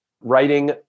writing